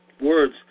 words